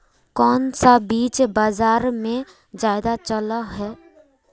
कोन सा बीज बाजार में ज्यादा चलल है?